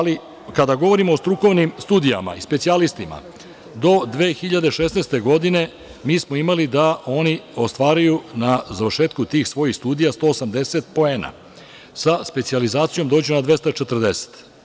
Kada govorimo o strukovnim studijama i specijalistima, do 2016. godine mi smo imali da oni ostvaruju na završetku tih svojih studija 180 poena, sa specijalizacijom dođu na 240.